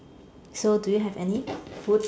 so do you have any food